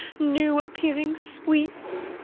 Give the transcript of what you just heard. new-appearing sweets!